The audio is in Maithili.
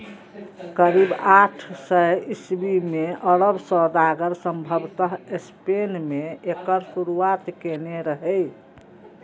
करीब आठ सय ईस्वी मे अरब सौदागर संभवतः स्पेन मे एकर शुरुआत केने रहै